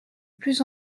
plus